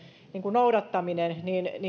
noudattamisen